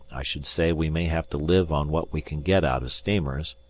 i should say we may have to live on what we can get out of steamers,